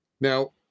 Now